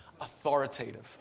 Authoritative